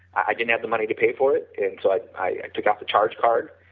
i didn't have the money to pay for it and so i i took up the charge card,